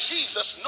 Jesus